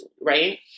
right